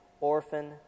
orphan